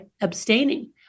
abstaining